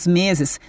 meses